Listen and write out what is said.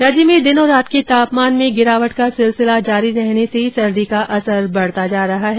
प्रदेश में दिन और रात के तापमान में गिरावट का सिलसिला जारी रहने से सर्दी का असर बढ़ता जा रहा है